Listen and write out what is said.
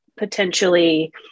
potentially